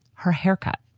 her haircut.